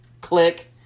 click